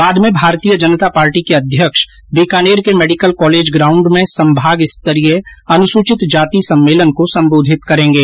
बाद में भारतीय जनता पार्टी के अध्यक्ष बीकानेर के मेडिकल कॉलेज ग्राउंड में संभाग स्तरीय अनुसूचित जाति सम्मेलन को संबोधित करेंगे